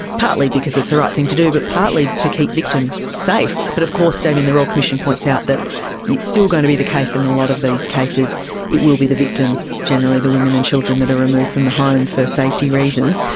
partly because it's the right thing to do but partly to keep victims safe. but of course, damien, the royal commission points out that it's still going to be the case in a lot of these cases it will be the victims, generally the women and children, that are removed from the home for safety reasons,